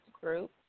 group